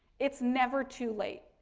it's never too late.